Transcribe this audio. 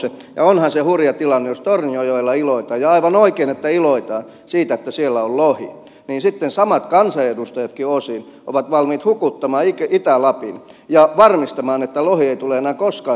ja onhan se hurja tilanne jos tornionjoella iloitaan ja on aivan oikein että iloitaan siitä että siellä on lohi ja sitten samat kansanedustajatkin osin ovat valmiit hukuttamaan itä lapin ja varmistamaan että lohi ei tule enää koskaan sinne nousemaan